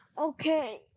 Okay